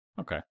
Okay